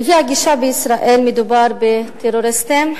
לפי הגישה בישראל מדובר בטרוריסטים,